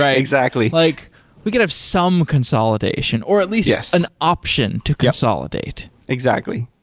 ah exactly. like we could have some consolidation, or at least yeah an option to consolidate. exactly.